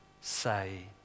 say